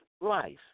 life